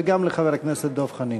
וגם לחבר הכנסת דב חנין.